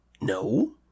No